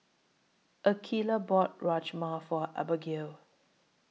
Akeelah bought Rajma For Abagail